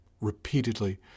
Repeatedly